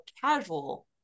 casual